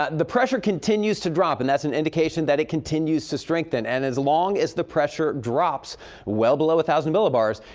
ah the pressure continues to drop. and that's an indication that it continues to strengthen. and as long as the pressure drops well below one thousand millibars.